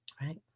right